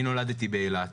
אני נולדתי באילת.